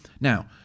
Now